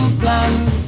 plans